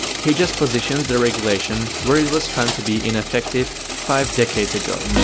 he just positions the regulation where it was found to be ineffective five decades ago.